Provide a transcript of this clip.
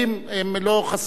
הם לא חסרי ישע,